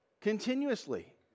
continuously